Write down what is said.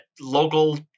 local